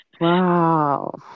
wow